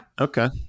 Okay